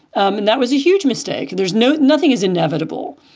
and that was a huge mistake. there's no nothing is inevitable.